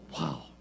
wow